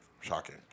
Shocking